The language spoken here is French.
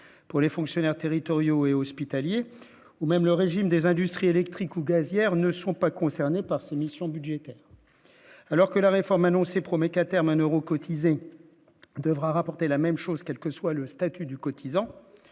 pour les fonctionnaires territoriaux et hospitaliers ou même le régime des industries électriques ou gazières ne sont pas concernés par ces missions budgétaires alors que la réforme annoncée promet qu'à terme, un Euro cotisé devra rapporter la même chose, quel que soit le statut du cotisant